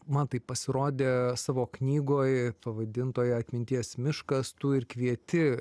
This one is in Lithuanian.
man taip pasirodė savo knygoj pavadintoj atminties miškas tu ir kvieti